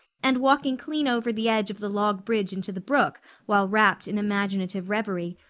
and walking clean over the edge of the log bridge into the brook while wrapped in imaginative reverie,